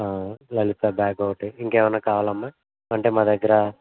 Lalitha bag ఒకటి ఇంకేమన్నా కావాలా అమ్మా అంటే మా దగ్గర